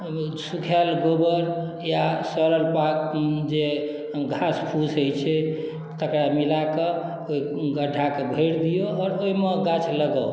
सूखायल गोबर या सड़ल पात जे घास फूस अछि तकरा मिलाक ओहि गढ्ढा के भरि दियौ आओर ओहिमे गाछ लगाउ